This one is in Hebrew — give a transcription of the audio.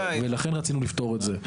ולכן רצינו לפטור את זה.